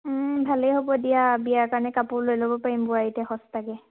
ভালেই হ'ব দিয়া বিয়াৰ কাৰণে কাপোৰ লৈ ল'ব পাৰিম ৱোবাৰীতে সস্তাকে